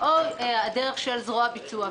או בדרך של זרוע ביצוע.